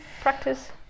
practice